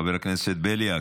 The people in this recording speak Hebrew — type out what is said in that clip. חבר הכנסת בליאק,